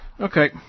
Okay